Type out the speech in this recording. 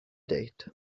date